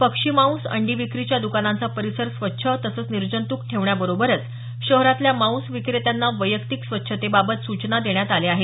पक्षीमांस अंडी विक्रीच्या दुकानांचा परिसर स्वच्छ तसंच निर्जंतूक ठेवण्याबरोबरच शहरातल्या मांस विक्रेत्यांना वैयक्तिक स्वच्छतेबाबत सूचना देण्यात आल्या आहेत